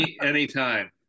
Anytime